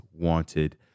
Wanted